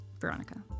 Veronica